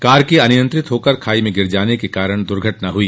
car के अनियंत्रित होकर खाई में गिर जाने के कारण यह दुर्घटना हुई